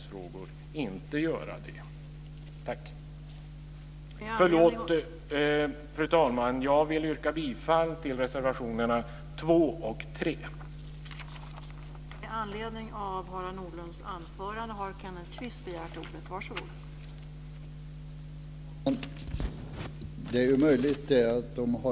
Jag vill yrka bifall till reservationerna